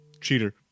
Cheater